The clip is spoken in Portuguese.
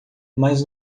mas